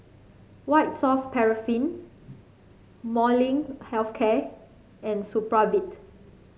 White Soft Paraffin Molnylcke Health Care and Supravit